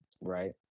right